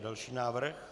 Další návrh?